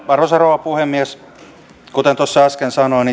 arvoisa rouva puhemies kuten äsken sanoin